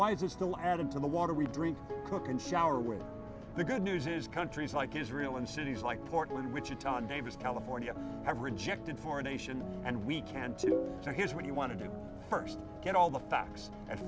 why is it still added to the water we drink cook and shower with the good news is countries like israel in cities like portland wichita in davis california have rejected for a nation and we can to tell here's what you want to do first get all the facts at